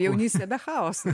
jaunystė be chaoso